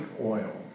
oil